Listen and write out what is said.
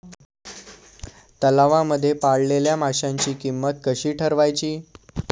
तलावांमध्ये पाळलेल्या माशांची किंमत कशी ठरवायची?